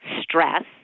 stress